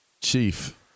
Chief